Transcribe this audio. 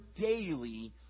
daily